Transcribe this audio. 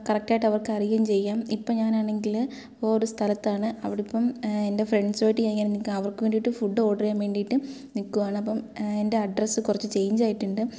കറക്റ്റായിട്ടവർക്ക് അറിയുകയും ചെയ്യാം ഇപ്പോൾ ഞാനാണെങ്കിൽ വേറൊരു സ്ഥലത്താണ് അവിടിപ്പം എൻ്റെ ഫ്രണ്ട്സുമായിട്ട് ഞാൻ ഇങ്ങനെ നിൽക്കുവാണ് അവർക്ക് വേണ്ടിട്ട് ഫുഡ് ഓർഡർ ചെയ്യാൻ വേണ്ടിട്ട് നിക്കുവാണ് അപ്പം എൻ്റെ അഡ്രസ്സ് കുറച്ച് ചേയ്ഞ്ചായിട്ടുണ്ട്